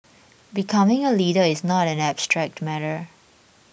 becoming a leader is not an abstract matter